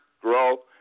grow